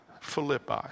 Philippi